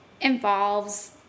involves